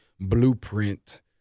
blueprint